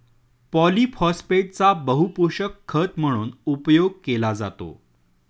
पॉलिफोस्फेटचा बहुपोषक खत म्हणून उपयोग केला जातो